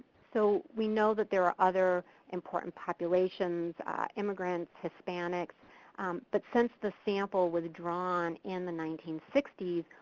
so we know that there are other important populations immigrants, hispanics but since the sample was drawn in the nineteen sixty s,